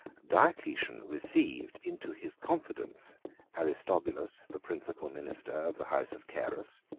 diocletian received into his confidence aristobulus, the principal minister of the house of carus,